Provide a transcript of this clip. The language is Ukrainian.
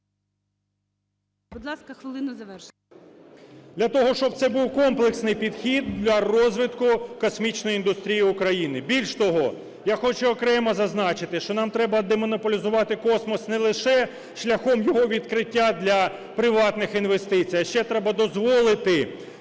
…для того, щоб це був комплексний підхід для розвитку космічної індустрії України. Більш того, я хочу окремо зазначити, що нам треба демонополізувати космос не лише шляхом його відкриття для приватних інвестицій, а ще треба дозволити